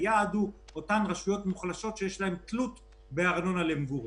היעד הוא אותן רשויות מוחלשות שיש להן תלות בארנונה למגורים.